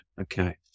Okay